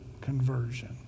conversion